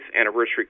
anniversary